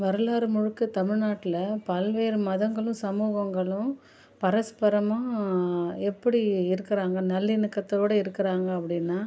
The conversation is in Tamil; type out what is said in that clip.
வரலாறு முழுக்க தமிழ்நாட்டில பல்வேறு மதங்களும் சமூகங்களும் பரஸ்பரமாக எப்படி இருக்கிறாங்க நல்லிணக்கத்தோட இருக்கிறாங்க அப்படின்னா